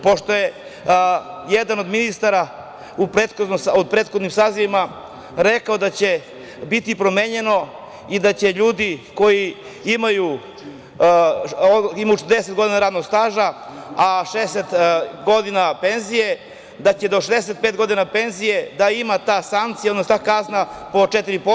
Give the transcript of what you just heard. Pošto je jedan od ministara u prethodnim sazivima rekao da će biti promenjeno i da će ljudi koji imaju 40 godina radnog staža godina a 60 godina penzije, da će do 65 godina penzije da ima ta sankcija, odnosno kazna po 4%